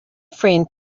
friend